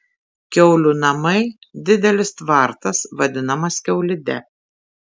kiaulių namai didelis tvartas vadinamas kiaulide